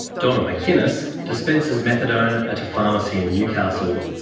donna mckinnis dispenses methadone at a pharmacy in newcastle.